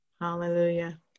Hallelujah